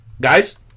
guys